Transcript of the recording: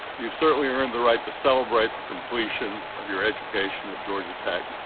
you certainly earned the right to celebrate the completion of your education at georgia tech.